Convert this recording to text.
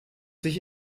sich